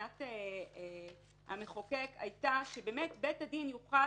מבחינת המחוקק היתה שבאמת בית הדין יוכל